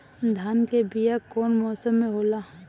धान के बीया कौन मौसम में होला?